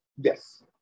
Yes